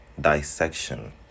dissection